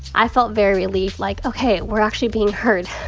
i felt very relieved, like, okay, we're actually being heard.